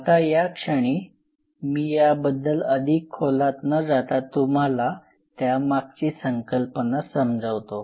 आता या क्षणी मी याबद्दल अधिक खोलात न जाता तुम्हाला त्यामागची संकल्पना समजवतो